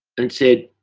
and said,